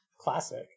Classic